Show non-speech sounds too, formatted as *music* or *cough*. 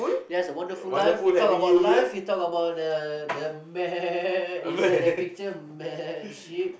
*noise* ya it's a wonderful life we talk about life we talk about the the *noise* inside the picture *noise* sheep